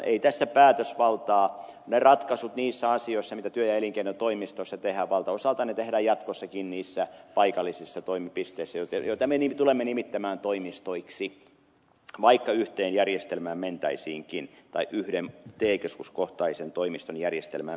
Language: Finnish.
ei tässä päätösvaltaa muuteta ne ratkaisut niissä asioissa joita työ ja elinkeinotoimistoissa tehdään valtaosaltaan tehdään jatkossakin niissä paikallisissa toimipisteissä joita me tulemme nimittämään toimistoiksi vaikka mentäisiinkin yhteen järjestelmään tai yhden te keskuskohtaisen toimiston järjestelmään